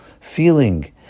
feeling